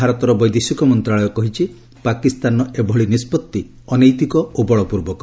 ଭାରତର ବୈଦେଶିକ ମନ୍ତ୍ରଣାଳୟ କହିଛି ପାକିସ୍ତାନର ଏଭଳି ନିଷ୍ପତ୍ତି ଅନୈତିକ ଓ ବଳପୂର୍ବକ